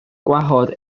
gwahodd